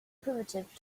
primitive